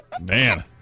Man